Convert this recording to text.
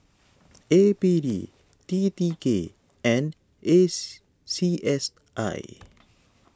A P D T T K and s C S I